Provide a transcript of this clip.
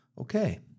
okay